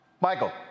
Michael